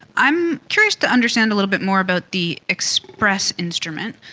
i'm curious to understand a little bit more about the expres instrument,